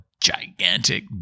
gigantic